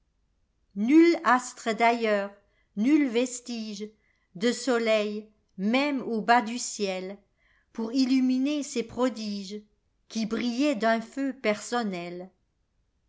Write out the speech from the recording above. nul astre d'ailleurs nuls vestigesde soleil même au bas du ciel pour illuminer ces prodiges qui brillaient d un feu personnel